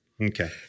Okay